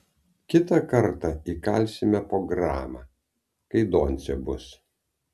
kitą kartą įkalsime po gramą kai doncė bus